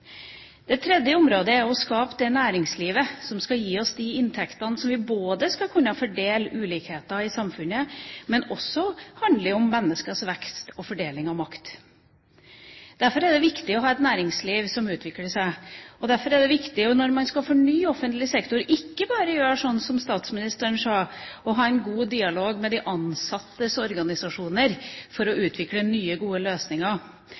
Det tredje området er å skape det næringslivet som skal gi oss inntektene som vi skal kunne fordele i samfunnet. Men det handler også om menneskers vekst og fordeling av makt. Derfor er det viktig å ha et næringsliv som utvikler seg, og derfor er det viktig når man skal fornye offentlig sektor, ikke bare å gjøre sånn som statsministeren sa, å ha en god dialog med de ansattes organisasjoner for å utvikle nye, gode løsninger.